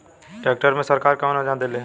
Tractor मे सरकार कवन योजना देले हैं?